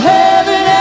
heaven